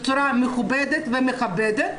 בצורה מכובדת ומכבדת,